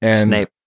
Snape